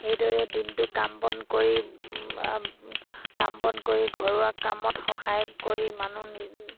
সেইদৰে দিনটো কাম বন কৰি কাম বন কৰি ঘৰুৱা কামত সহায় কৰি মানুহ